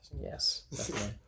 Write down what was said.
Yes